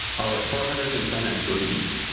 over four hundred and ten employees,